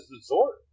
resort